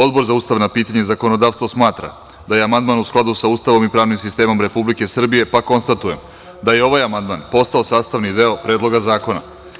Odbor za ustavna pitanja i zakonodavstvo smatra da je amandman u skladu sa Ustavom i pravnim sistemom Republike Srbije, pa konstatujem da je ovaj amandman postao sastavni deo Predloga zakona.